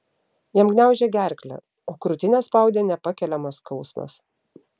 jam gniaužė gerklę o krūtinę spaudė nepakeliamas skausmas